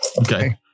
Okay